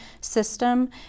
system